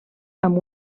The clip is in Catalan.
amb